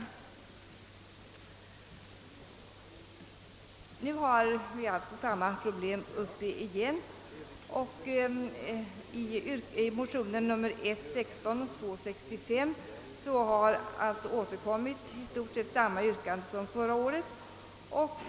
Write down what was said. Nu behandlas samma problem igen, och i motionerna 1:16 och II:65 har i stort sett samma yrkande som i fjol återkommit.